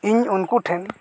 ᱤᱧ ᱩᱱᱠᱩ ᱴᱷᱮᱱ